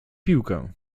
piłkę